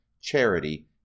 charity